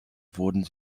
wurden